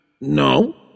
no